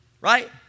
right